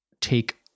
take